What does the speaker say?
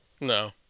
No